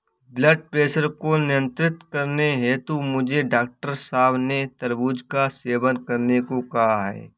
blood pressure को नियंत्रित करने हेतु मुझे डॉक्टर साहब ने तरबूज का सेवन करने को कहा है